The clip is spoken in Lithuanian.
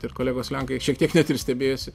ir kolegos lenkai šiek tiek net ir stebėjosi